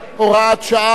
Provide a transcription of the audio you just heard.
הוראת שעה),